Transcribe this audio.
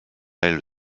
elle